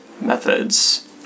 methods